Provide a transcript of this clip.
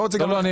לא, לא.